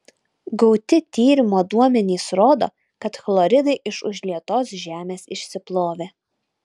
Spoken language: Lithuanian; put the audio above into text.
gauti tyrimo duomenys rodo kad chloridai iš užlietos žemės išsiplovė